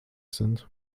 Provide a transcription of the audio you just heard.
sind